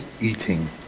eating